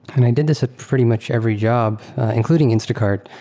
and i did this at pretty much every job including instacart.